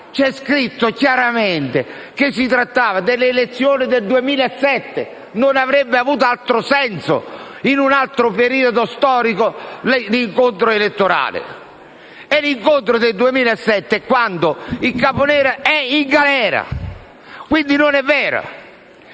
c'è scritto chiaramente che si trattava delle elezioni del 2007. Non avrebbe avuto altro senso, in un altro periodo storico, l'incontro elettorale. E l'incontro del 2007 avviene quando il Caponera è in galera; quindi non è vero.